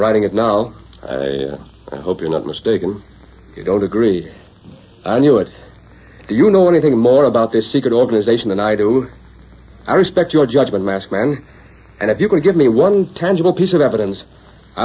writing it now i hope you're not mistaken you don't agree i knew it you know anything more about this secret organization than i do i respect your judgment masked man and if you can give me one tangible piece of evidence i